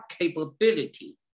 capability